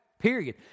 Period